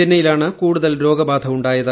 ചെന്നൈയിലാണ് കൂടുതൽ രോഗബാധ ഉണ്ടായത്